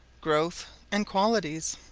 growth, and qualities.